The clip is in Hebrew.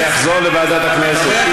זה יחזור לוועדת הכנסת,